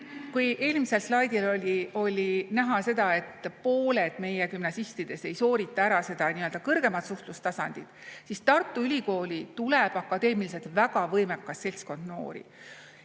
kui eelmisel slaidil oli näha seda, et pooled meie gümnasistidest ei soorita ära seda nii-öelda kõrgemat suhtlustasandit, siis Tartu Ülikooli tuleb akadeemiliselt väga võimekas seltskond noori.